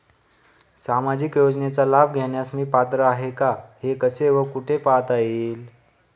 सामाजिक योजनेचा लाभ घेण्यास मी पात्र आहे का हे कसे व कुठे पाहता येईल?